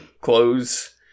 clothes